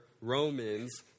Romans